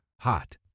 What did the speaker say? hot